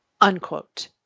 unquote